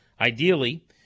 Ideally